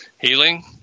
Healing